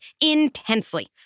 intensely